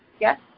Yes